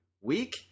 week